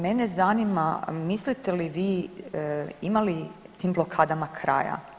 Mene zanima mislite li vi ima li tim blokadama kraja?